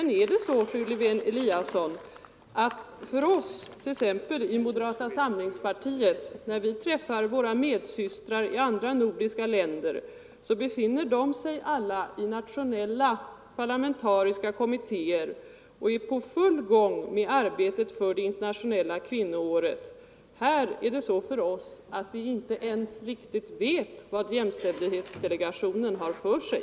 När vi i moderata samlingspartiet träffar våra medsystrar i andra nordiska länder, så befinner de sig alla i nationella parlamentariska kommittéer och är i full gång med arbetet för det internationella kvinnoåret. Här är det så för oss att vi inte ens riktigt vet vad jämställdhetsdelegationen har för sig.